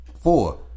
four